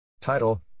Title –